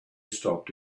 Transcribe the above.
stopped